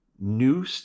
new